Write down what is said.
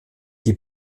die